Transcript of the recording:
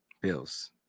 Bills